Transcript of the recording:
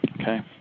okay